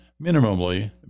minimally